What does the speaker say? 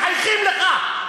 מחייכים אליך.